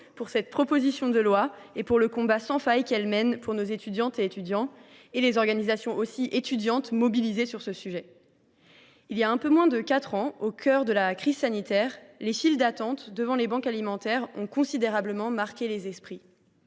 de cette proposition de loi et du combat sans faille qu’elle mène en faveur de nos étudiantes et étudiants, ainsi que les organisations étudiantes, qui se sont mobilisées sur ce sujet. Voilà un peu moins de quatre ans, au cœur de la crise sanitaire, les files d’attente devant les banques alimentaires ont considérablement marqué les esprits.